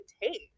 take